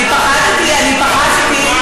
אני פחדתי, אני פחדתי.